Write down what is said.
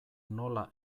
nola